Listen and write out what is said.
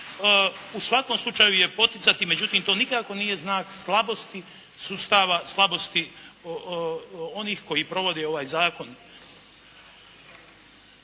u svakom slučaju je poticati, međutim to nikako nije znak slabosti sustava, slabosti onih koji provode ovaj zakon.